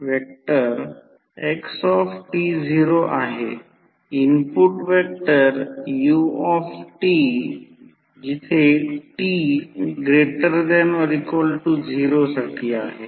म्हणून V1 V2 N1 N2 K बनवू शकतो ज्याला टर्न रेशिओ म्हणतात म्हणून K हे व्होल्टेज रेशिओ किंवा टर्न रेशिओ किंवा ट्रान्सफॉर्मेशन रेशिओ आहे